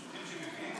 שהשוטרים שמביאים